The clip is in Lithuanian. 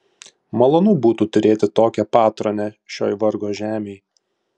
malonu būtų turėti tokią patronę šioj vargo žemėj